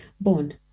born